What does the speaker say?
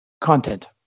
content